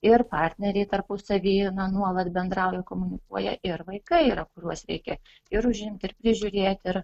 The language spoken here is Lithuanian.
ir partneriai tarpusavy na nuolat bendrauja komunikuoja ir vaikai yra kuriuos reikia ir užimti ir prižiūrėti ir